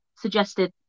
Suggested